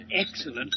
Excellent